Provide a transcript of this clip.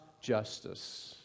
justice